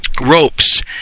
Ropes